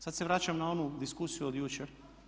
Sada se vraćam na onu diskusiju od jučer.